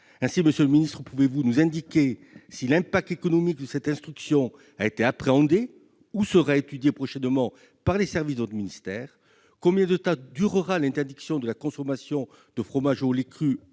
Monsieur le ministre, pouvez-vous nous indiquer si l'impact économique de cette instruction a été appréhendé ou sera étudié prochainement par les services de votre ministère ? Combien de temps durera l'interdiction de la consommation de fromages au lait cru